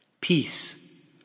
Peace